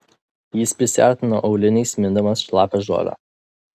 jis prisiartino auliniais mindamas šlapią žolę